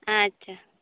ᱟᱪᱪᱷᱟ